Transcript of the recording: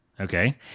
Okay